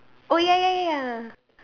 oh ya ya ya